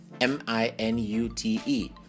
M-I-N-U-T-E